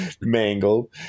mangled